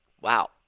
wow